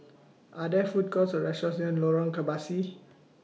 Are There Food Courts Or restaurants near Lorong Kebasi